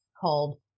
called